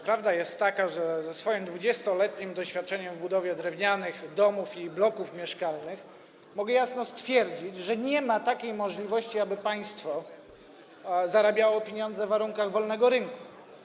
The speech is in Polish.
Prawda jest taka, że ze swoim 20-letnim doświadczeniem w budowie drewnianych domów i bloków mieszkalnych mogę jasno stwierdzić, że nie ma takiej możliwości, aby państwo zarabiało pieniądze w warunkach wolnego rynku.